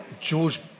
George